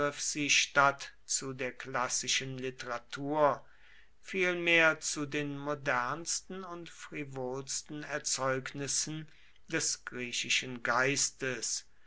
statt zu der klassischen literatur vielmehr zu den modernsten und frivolsten erzeugnissen des griechischen geistes